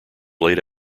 laid